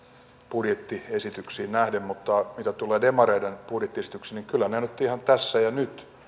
budjettiesityksiin nähden mutta mitä tulee demareiden budjettiesityksiin niin kyllä ne nyt ovat ihan tässä ja nyt